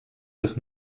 das